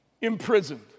imprisoned